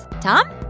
Tom